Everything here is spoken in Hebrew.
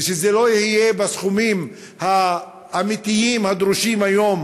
ושזה לא יהיה בסכומים האמיתיים הדרושים היום